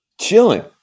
Chilling